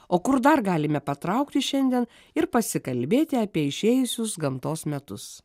o kur dar galime patraukti šiandien ir pasikalbėti apie išėjusius gamtos metus